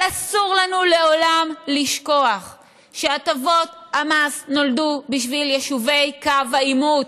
אבל אסור לנו לעולם לשכוח שהטבות המס נולדו בשביל יישובי קו העימות,